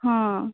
ହଁ